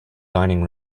dining